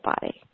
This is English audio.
body